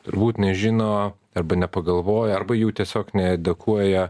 turbūt nežino arba nepagalvoja arba jų tiesiog needukuoja